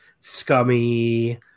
scummy